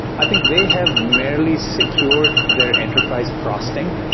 i think they have merely secured their enterprise frosting,